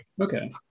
Okay